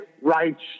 rights